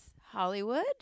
Hollywood